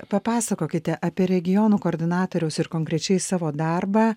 papasakokite apie regionų koordinatoriaus ir konkrečiai savo darbą